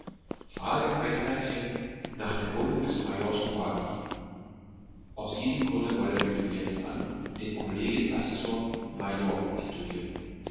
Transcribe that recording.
frage mein herzchen nach der wohnung des majors kowalow aus diesem grunde wollen wir von jetzt an den kollegien assessor major titulieren